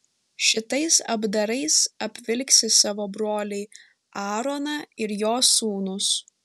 šitais apdarais apvilksi savo brolį aaroną ir jo sūnus